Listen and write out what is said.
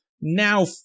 now